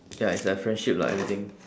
ya it's like a friendship lah everything